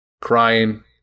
Crying